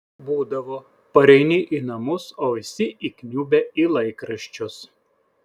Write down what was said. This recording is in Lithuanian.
būdavo pareini į namus o visi įkniubę į laikraščius